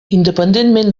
independentment